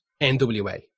NWA